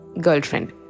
girlfriend